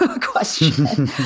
question